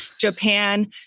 Japan